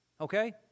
okay